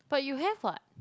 but you have [what]